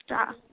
তা